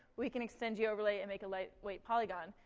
we can extend yeah goverlay and make a lightweight polygon.